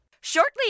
Shortly